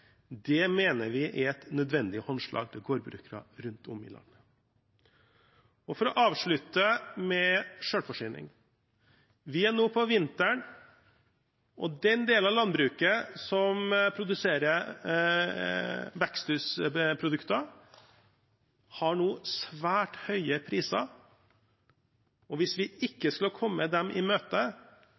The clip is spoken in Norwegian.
Det mener vi er et nødvendig håndslag til gårdbrukere rundt om i landet. For å avslutte med selvforsyning: Vi er nå på vinteren, og den delen av landbruket som produserer veksthusprodukter, har nå svært høye priser. Hvis vi ikke skulle ha kommet dem i møte,